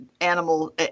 animal